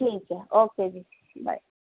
ਠੀਕ ਹੈ ਓਕੇ ਜੀ ਬਾਏ